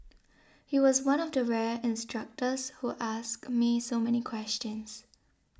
he was one of the rare instructors who asked me so many questions